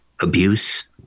abuse